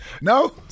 No